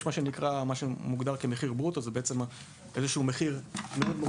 יש "מחיר ברוטו" שזה בעצם איזשהו מחיר גבוה